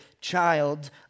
child